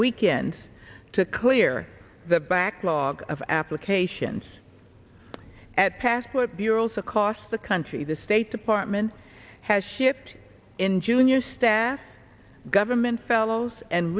weekend to clear the backlog of applications at passport bureaus accosts the country the state department has shipped in junior staff government fellows and